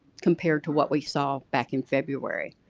compared to what we saw back in february.